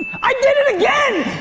i did it again!